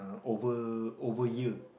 over over ear